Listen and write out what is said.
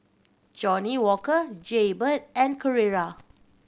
Johnnie Walker Jaybird and Carrera